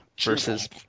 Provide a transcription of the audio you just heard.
versus